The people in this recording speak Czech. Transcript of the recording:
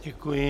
Děkuji.